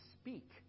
speak